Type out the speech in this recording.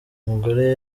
mugore